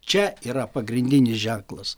čia yra pagrindinis ženklas